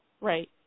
Right